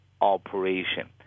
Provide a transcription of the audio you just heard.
operation